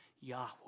Yahweh